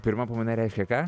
pirma pamaina reiškia ką